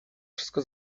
wszystko